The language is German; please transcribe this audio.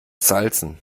salzen